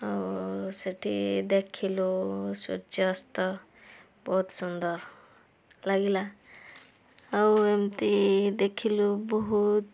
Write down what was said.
ଆଉ ସେଠି ଦେଖିଲୁ ସୂର୍ଯ୍ୟାସ୍ତ ବହୁତ ସୁନ୍ଦର ଲାଗିଲା ଆଉ ଏମିତି ଦେଖିଲୁ ବହୁତ